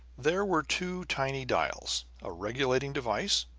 there were two tiny dials, a regulating device,